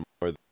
more